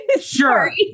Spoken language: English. Sure